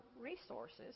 resources